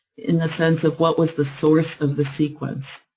in a sense of what was the source of the sequence.